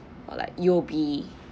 or like U_O_B